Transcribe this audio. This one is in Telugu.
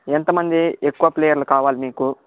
ఎంత మంది ఎక్కువ ప్లేయర్లు కావాలి మీకు